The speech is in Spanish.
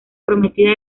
prometida